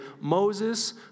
Moses